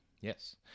Yes